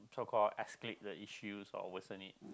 so call escape the issues or worsen it